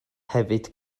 hefyd